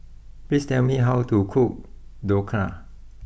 please tell me how to cook Dhokla